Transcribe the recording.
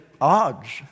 odds